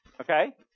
Okay